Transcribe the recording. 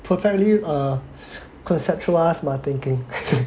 I've perfectly err conceptualised my thinking